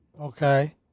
okay